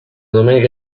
domenica